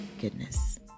goodness